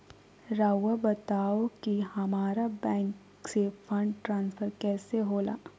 राउआ बताओ कि हामारा बैंक से फंड ट्रांसफर कैसे होला?